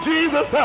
Jesus